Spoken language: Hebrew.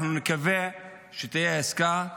אנחנו נקווה שתהיה עסקה,